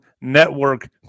network